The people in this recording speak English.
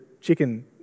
chicken